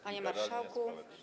Panie Marszałku!